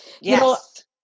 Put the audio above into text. Yes